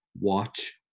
watch